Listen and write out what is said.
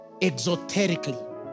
exoterically